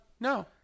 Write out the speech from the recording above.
no